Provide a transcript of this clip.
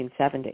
1970